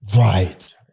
Right